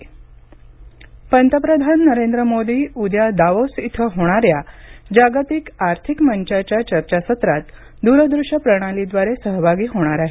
पंतप्रधान पंतप्रधान नरेंद्र मोदी उद्या दावोस इथं होणाऱ्या जागतिक आर्थिक मंचाच्या चर्चासत्रात दूरदृश्य प्रणालीद्वारे सहभागी होणार आहेत